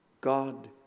God